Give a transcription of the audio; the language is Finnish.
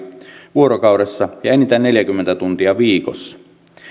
vuorokaudessa ja enintään neljäkymmentä tuntia viikossa